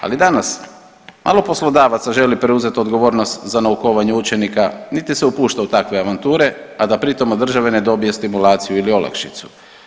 Ali danas, malo poslodavaca želi preuzeti odgovornost za naukovanje učenika niti se upušta u takve avanture, a da pritom od države ne dobiju stimulaciju ili olakšicu.